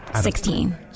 sixteen